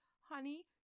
Honey